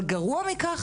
אבל גרוע מכך,